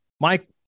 Mike